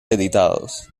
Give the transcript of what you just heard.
editados